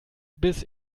bis